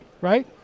Right